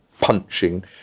punching